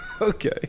Okay